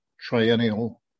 triennial